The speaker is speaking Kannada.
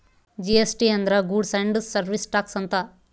ಜಿ.ಎಸ್.ಟಿ ಅಂದ್ರ ಗೂಡ್ಸ್ ಅಂಡ್ ಸರ್ವೀಸ್ ಟಾಕ್ಸ್ ಅಂತ